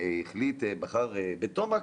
בחר בתומקס,